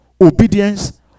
Obedience